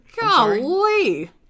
golly